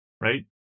right